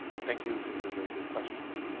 and thank you for your very good questions.